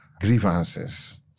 grievances